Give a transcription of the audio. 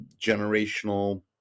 generational